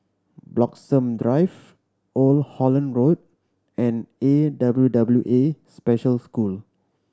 Bloxhome Drive Old Holland Road and A W W A Special School